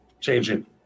changing